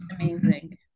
amazing